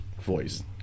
voice